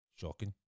Shocking